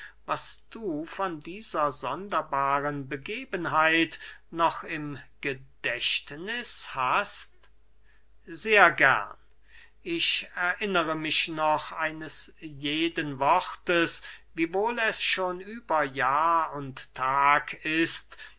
was du von dieser sonderbaren begebenheit noch im gedächtniß hast sehr gern ich erinnere mich noch eines jeden wortes wiewohl es schon über jahr und tag ist